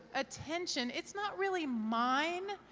attention, it's not really mine,